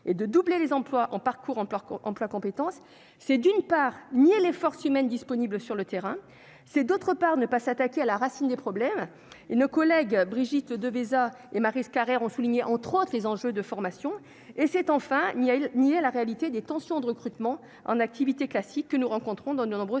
et de doubler les employes, on parcourt ampleur qu'on emploie, compétence, c'est d'une part nié les forces humaines disponibles sur le terrain, c'est, d'autre part, ne pas s'attaquer à la racine des problèmes et nos collègues Brigitte Devésa et Maryse Carrère ont souligné, entre autres, les enjeux de formation et c'est enfin, il y a eu ni la réalité des tensions de recrutement en activité classique que nous rencontrons dans nos nombreux secteurs